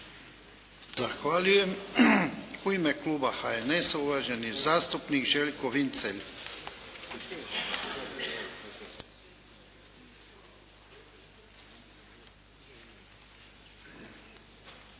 Zahvaljujem. U ime kluba HNS-a uvaženi zastupnik Željko Vincelj.